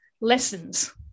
lessons